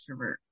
extrovert